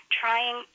trying